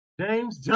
james